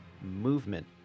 movement